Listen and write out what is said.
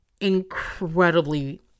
Incredibly